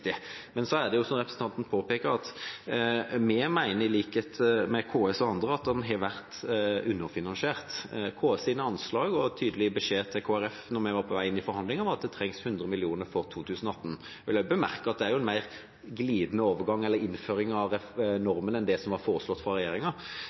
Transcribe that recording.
Men som representanten påpeker, mener vi, i likhet med KS og andre, at den har vært underfinansiert. KS’ anslag – og tydelige beskjed til Kristelig Folkeparti da vi var på vei inn i forhandlinger – var at det trengs 100 mill. kr for 2018. Da vil jeg bemerke at det jo er en mer glidende innføring av normen enn det som var foreslått av